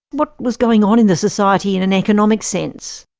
what was going on in the society in an economic sense?